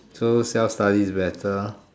so self-study is better